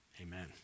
Amen